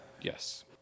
Yes